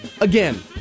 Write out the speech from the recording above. again